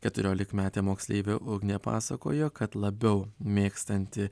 keturiolikmetė moksleivė ugnė pasakojo kad labiau mėgstanti